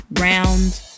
round